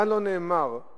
מה לא נאמר על